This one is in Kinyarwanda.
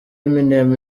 eminem